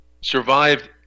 survived